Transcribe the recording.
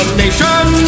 nation